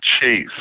Chase